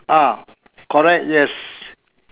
ah correct yes